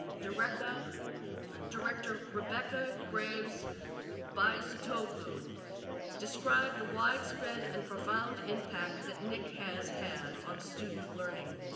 director ah director rebecca graves bisotoglu described the widespread and profound impact that nic has had on student learning.